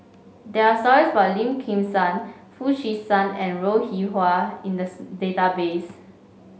there are stories about Lim Kim San Foo Chee San and Ro Rih Hwa in the database